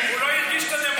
הוא לא הרגיש את הדמוקרטיה.